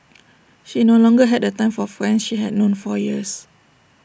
she no longer had the time for friends she had known for years